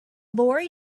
lorry